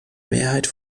mehrheit